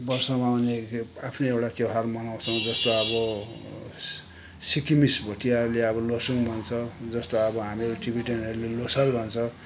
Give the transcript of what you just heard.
वर्षमा आउने एकखेप आफ्नै एउटा त्यौहार मनाउँछौ जस्तो अब सिक्किमिस भोटियाहरूले अब लसुङ मान्छ जस्तो अब हामीहरू टिबेटनहरूले लोसर भन्छ